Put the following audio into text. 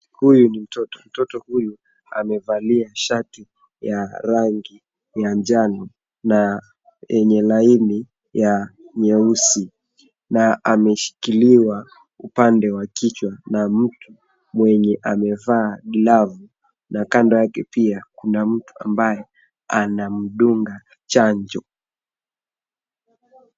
Huyu ni mtoto. Mtoto huyu amevalia shati ya rangi ya njano na yenye laini ya nyeusi na ameshikiliwa upande wa kichwa na mtu mwenye amevaa glavu na kando yake pia kuna mtu ambaye anamdunga chanjo.